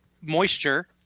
moisture